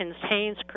contains